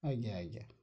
ଆଜ୍ଞା ଆଜ୍ଞା